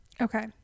Okay